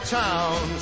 town